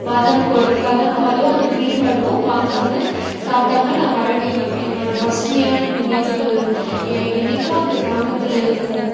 பாதாம் கொ பாதாம் பாலும் அந்த க்ரீம் பன்னும் வாங்காமல் சாப்பிடாம நான் வரவே மாட்டேன் என்னோடய பசுமையான நினைவுகள் எ என்றைக்கும் அந்தக் கிராமத்தில் இருக்கும்